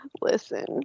Listen